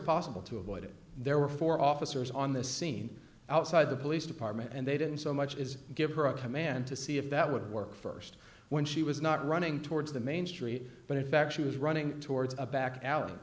possible to avoid it there were four officers on the scene outside the police department and they didn't so much as give her a command to see if that would work first when she was not running towards the main street but in fact she was running towards a back